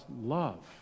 love